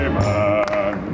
man